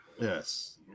Yes